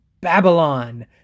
Babylon